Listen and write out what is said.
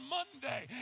Monday